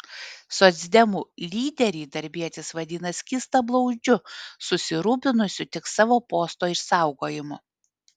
socdemų lyderį darbietis vadina skystablauzdžiu susirūpinusiu tik savo posto išsaugojimu